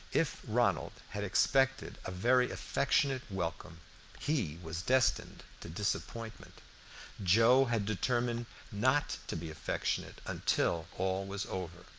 if ronald had expected a very affectionate welcome he was destined to disappointment joe had determined not to be affectionate until all was over.